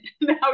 now